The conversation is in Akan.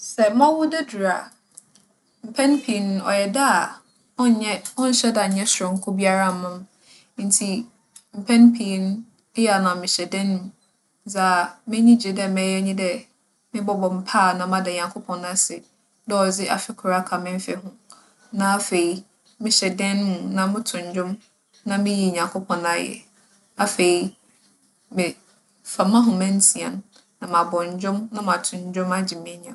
Sɛ m'awoda du a, mpɛn pii no, ͻyɛ da a, ͻnnyɛ - ͻnnhyɛ da nnyɛ soronko biara mma me. Ntsi, mpɛn pii no, eyɛ a na mehyɛ dan mu. Dza m'enyi gye dɛ mɛyɛ nye dɛ mobͻbͻ mpaa na mada Nyankopͻn ase dɛ ͻdze afe kor aka me mfe ho. Na afei, mehyɛ dan mu na motow ndwom, na miyi Nyankopͻn ayɛ. Afei, mefa m'ahomansia no, na mabͻ ndwom na matow ndwom agye m'enyiwa.